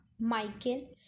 Michael